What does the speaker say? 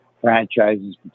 franchises